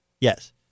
Yes